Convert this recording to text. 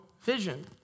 vision